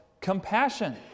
compassion